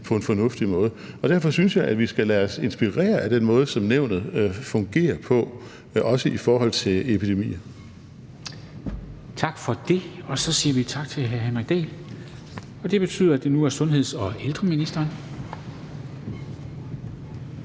på en fornuftig måde. Derfor synes jeg, at vi skal lade os inspirere af den måde, som Nævnet fungerer på, også i forhold til epidemier. Kl. 14:27 Formanden (Henrik Dam Kristensen): Vi siger tak til hr. Henrik Dahl. Og det betyder, at det nu er sundheds- og ældreministeren.